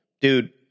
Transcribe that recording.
Dude